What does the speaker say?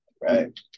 Right